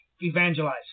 evangelize